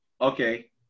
Okay